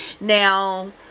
now